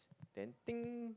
then ding